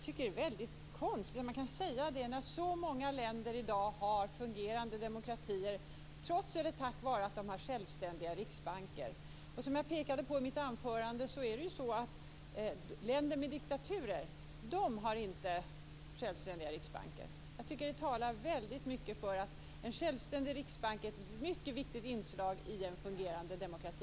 Det är konstigt att säga så när så många länder har fungerande demokratier trots - eller tack vare - självständiga riksbanker. Jag pekade i mitt anförande på att länder med diktaturer inte har självständiga riksbanker. Det talar mycket för att en självständig riksbank är ett mycket viktigt inslag i en fungerande demokrati.